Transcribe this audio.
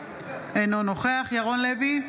אינו נוכח ירון לוי,